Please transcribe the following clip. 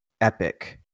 epic